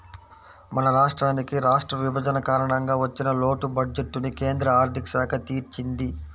మన రాష్ట్రానికి రాష్ట్ర విభజన కారణంగా వచ్చిన లోటు బడ్జెట్టుని కేంద్ర ఆర్ధిక శాఖ తీర్చింది